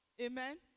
Amen